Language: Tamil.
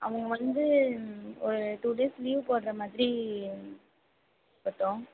அவங்க வந்து ஒரு டூ டேஸ் லீவ் போட்டுற மாதிரி பட்டோம்